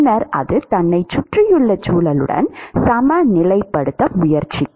பின்னர் அது தன்னைச் சுற்றியுள்ள சூழலுடன் சமநிலைப்படுத்த முயற்சிக்கும்